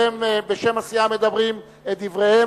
כשהם מדברים בשם הסיעה,